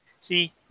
See